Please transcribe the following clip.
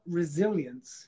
resilience